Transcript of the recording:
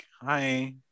Hi